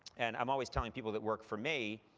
and i'm always telling people that work for me,